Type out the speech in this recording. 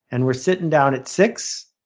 and we're sitting down at six